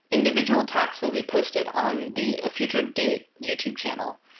individual talks will be posted on the future date youtube channel.